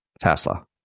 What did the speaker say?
Tesla